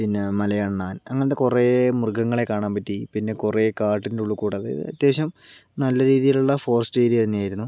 പിന്നെ മലയണ്ണാൻ അങ്ങനത്തെ കൊറേ മൃഗങ്ങളെ കാണാൻ പറ്റി പിന്നെ കുറെ കാട്ടിനുള്ളിൽ കൂടെ അതായത് അത്യാവശ്യം നല്ല രീതിയിൽ ഉള്ള ഫോറസ്റ്റ് ഏരിയ തന്നെയായിരുന്നു